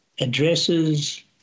addresses